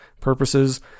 purposes